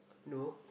no